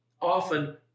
often